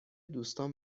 دوستام